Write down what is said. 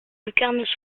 lucarnes